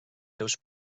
seus